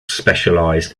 specialized